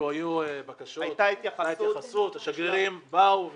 היו בקשות, השגרירים באו ומחו,